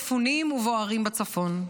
מפונים ובוערים בצפון.